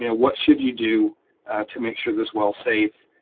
you know what should you do to make sure this well's safe.